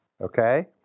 Okay